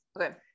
Okay